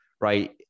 right